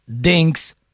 Dink's